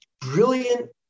brilliant